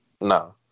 No